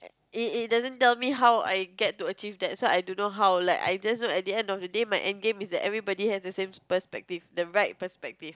it it doesn't tell me how I get to achieve that so I don't know how like I just know that at the end of the day my end game is that everybody has the same perspective the right perspective